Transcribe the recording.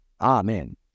Amen